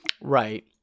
Right